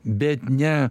bet ne